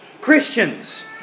Christians